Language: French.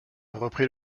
reprit